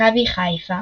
מכבי חיפה